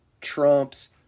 trumps